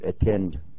attend